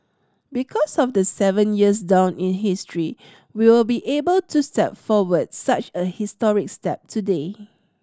because of the seven years down in history we will be able to step forward such a historic step today